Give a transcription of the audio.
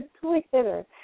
Twitter